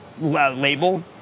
label